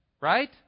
right